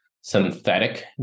synthetic